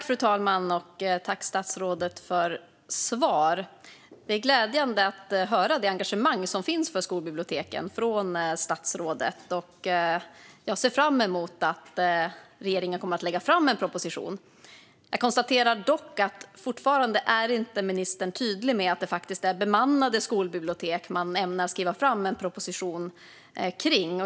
Fru talman! Tack, statsrådet, för svaret! Det är glädjande att höra det engagemang som finns för skolbiblioteken från statsrådet. Jag ser fram emot att regeringen kommer att lägga fram en proposition. Jag konstaterar dock att ministern fortfarande inte är tydlig med att det faktiskt är bemannade skolbibliotek man ämnar skriva en proposition om.